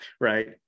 Right